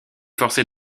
forcé